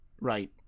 right